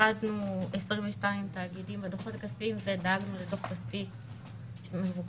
החרגנו 22 תאגידים בדוחות הכספיים ודאגנו לדוח כספי מבוקר.